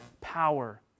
power